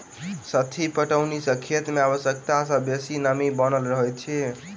सतही पटौनी सॅ खेत मे आवश्यकता सॅ बेसी नमी बनल रहैत अछि